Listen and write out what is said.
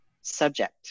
subject